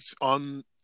on